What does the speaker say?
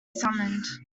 summoned